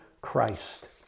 Christ